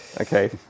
Okay